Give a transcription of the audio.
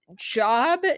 job